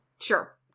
Sure